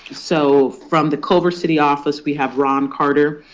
so from the culver city office, we have ron carter,